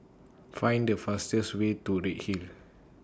Find The fastest Way to Redhill